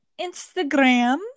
Instagram